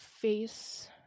face